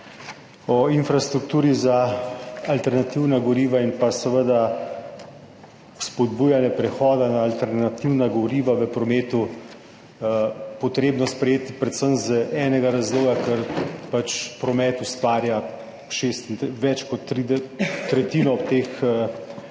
o infrastrukturi za alternativna goriva in spodbujanju prehoda na alternativna goriva v prometu treba sprejeti predvsem iz enega razloga, ker promet ustvarja več kot tretjino teh